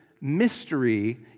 mystery